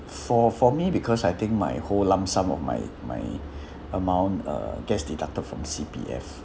for for me because I think my whole lump sum of my my amount uh gets deducted from C_P_F